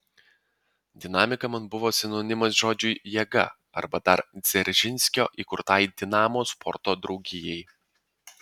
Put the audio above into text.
dinamika man buvo sinonimas žodžiui jėga arba dar dzeržinskio įkurtai dinamo sporto draugijai